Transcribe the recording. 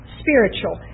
spiritual